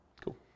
Cool